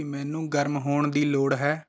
ਕੀ ਮੈਨੂੰ ਗਰਮ ਹੋਣ ਦੀ ਲੋੜ ਹੈ